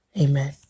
amen